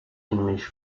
english